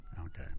Okay